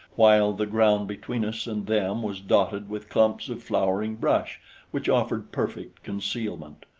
while the ground between us and them was dotted with clumps of flowering brush which offered perfect concealment.